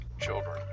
children